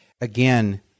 again